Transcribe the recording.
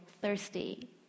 thirsty